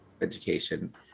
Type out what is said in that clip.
education